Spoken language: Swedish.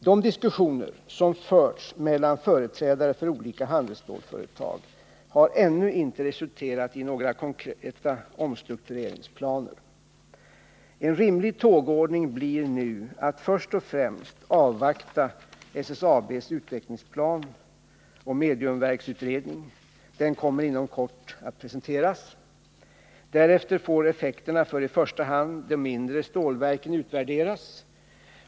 De diskussioner som förts mellan företrädare för olika handelsstålsföretag har ännu inte resulterat i några konkreta omstruktureringsplaner. En rimlig tågordning blir nu att först och främst avvakta SSAB:s utvecklingsplan och mediumverksutredning, som inom kort kommer att presenteras. Därefter får effekterna för i första hand de mindre stålverken utvärderas.